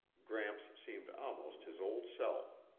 gramps seemed almost his old self.